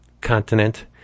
continent